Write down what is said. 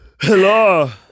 Hello